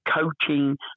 coaching